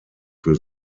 für